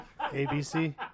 ABC